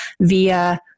via